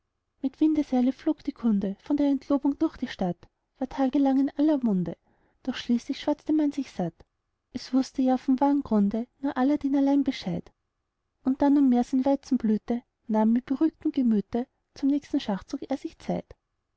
mit windeseile flog die kunde von der entlobung durch die stadt war tagelang in aller munde doch schließlich schwatzte man sich satt es wußte ja vom wahren grunde nur aladdin allein bescheid und da nunmehr sein weizen blühte nahm mit beruhigtem gemüte zum nächsten schachzug er sich